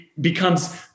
becomes